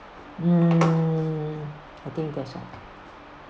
mm I think that's all